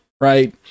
right